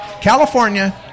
California